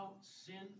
sin